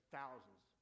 Thousands